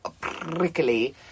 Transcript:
prickly